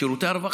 שירותי הרווחה: